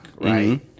right